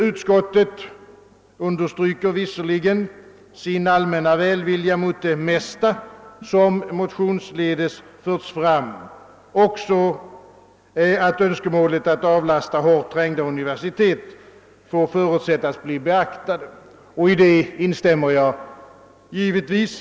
Utskottet understryker sin all männa välvilja mot det som motionsledes förts fram, varvid önskemålet att avlasta hårt trängda universitet får förutsättas bli beaktat. I detta instämmer jag givetvis.